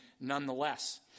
nonetheless